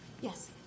yes